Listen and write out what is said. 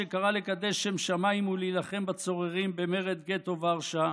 שקרא לקדש שם שמיים ולהילחם בצוררים במרד גטו ורשה,